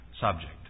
subject